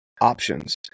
options